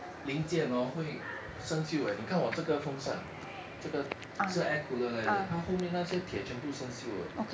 零件 oh 会生锈 eh 你看我这个风扇这个是 air cooler 来的它后面那些铁全部生锈了